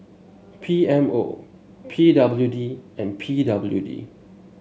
P M O P W D and P W D